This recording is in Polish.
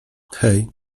hej